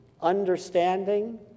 understanding